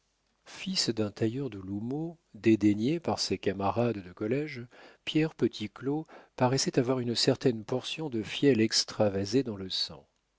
fils d'un tailleur de l'houmeau dédaigné par ses camarades de collége pierre petit claud paraissait avoir une certaine portion de fiel extravasée dans le sang